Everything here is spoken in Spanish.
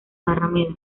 barrameda